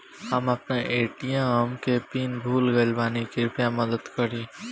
हम आपन ए.टी.एम के पीन भूल गइल बानी कृपया मदद करी